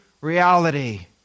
reality